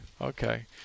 Okay